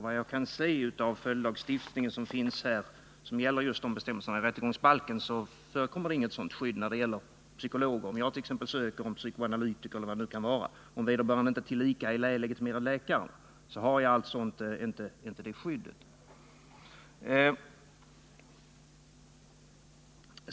Vad jag kan se av följdlagstiftningen gällande just de bestämmelserna i rättegångsbalken förekommer det inget sådant skydd när det gäller psykologer. Om jag t.ex. söker en psykoanalytiker eller vad det kan vara har jag alltså inte det skyddet — om vederbörande inte tillika är läkare.